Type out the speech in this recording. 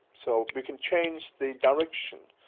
so we can change the direction,